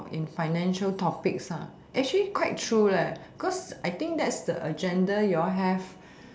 in financial topics actually quite true cause I think that's the agenda you all have